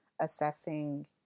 assessing